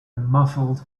muffled